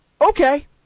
Okay